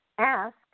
Ask